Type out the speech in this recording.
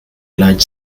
large